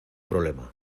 problema